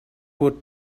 would